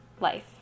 life